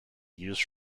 used